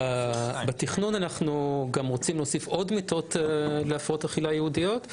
בתכנון אנחנו גם רוצים להוסיף עוד מיטות להפרעות אכילה ייעודיות,